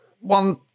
One